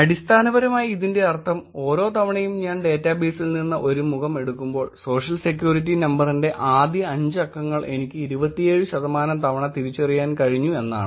അടിസ്ഥാനപരമായി ഇതിന്റെ അർഥം ഓരോ തവണയും ഞാൻ ഡാറ്റാബേസിൽ നിന്ന് ഒരു മുഖം എടുക്കുമ്പോൾ സോഷ്യൽ സെക്യൂരിറ്റി നമ്പറിന്റെ ആദ്യ 5 അക്കങ്ങൾ എനിക്ക് 27 ശതമാനം തവണ തിരിച്ചറിയാൻ കഴിഞ്ഞു എന്നാണ്